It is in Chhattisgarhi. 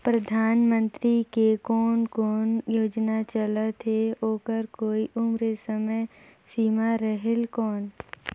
परधानमंतरी के कोन कोन योजना चलत हे ओकर कोई उम्र समय सीमा रेहेल कौन?